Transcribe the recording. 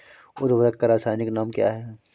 उर्वरक का रासायनिक नाम क्या है?